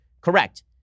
correct